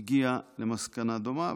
היא הגיעה למסקנה דומה.